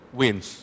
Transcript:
wins